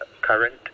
current